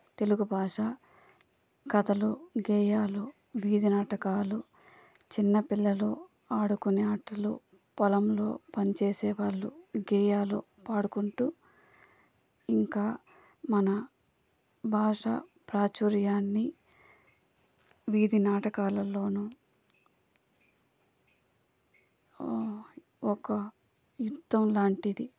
తెలుగు భాష కథలు గేయాలు వీధి నాటకాలు చిన్నపిల్లలు ఆడుకునే ఆటలు పొలంలో పనిచేసే వాళ్ళు గేయాలు పాడుకుంటూ ఇంకా మన భాష ప్రాచుర్యాన్ని వీధి నాటకాలలోనూ ఒక యుద్ధం లాంటిది